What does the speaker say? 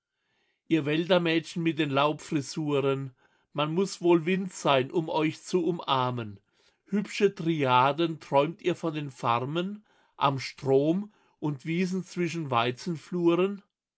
ihr wäldermädchen mit den laubfrisuren man muß wohl wind sein um euch zu umarmen hübsche dryaden träumt ihr von den farmen am strom und wiesen zwischen